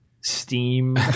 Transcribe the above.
steam